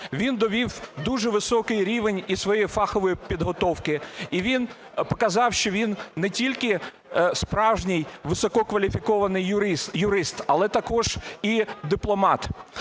Він довів дуже високий рівень і своєї фахової підготовки, і він показав, що він не тільки справжній висококваліфікований юрист, але також і дипломат.